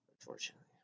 Unfortunately